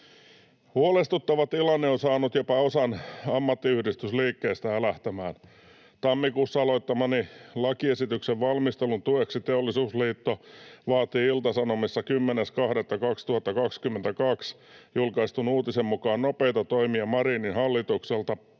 Huolestuttava tilanne on saanut jopa osan ammattiyhdistysliikkeestä älähtämään. Tammikuussa aloittamani lakiesityksen valmistelun tueksi Teollisuusliitto vaatii Ilta-Sanomissa 10.2.2022 julkaistun uutisen mukaan Marinin hallitukselta